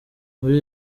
muri